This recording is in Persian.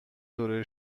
دوره